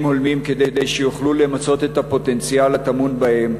הולמים כדי שיוכלו למצות את הפוטנציאל הטמון בהם,